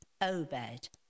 Obed